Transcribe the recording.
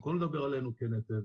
במקום לדבר עלינו כנטל,